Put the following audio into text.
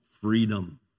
freedom